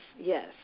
yes